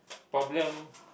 problem